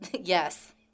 Yes